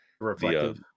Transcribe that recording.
reflective